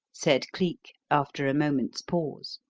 said cleek, after a moment's pause.